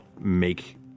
make